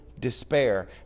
despair